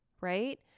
right